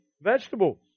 vegetables